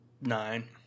nine